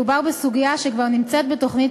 מדובר בסוגיה שכבר נמצאת בתוכנית